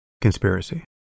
conspiracy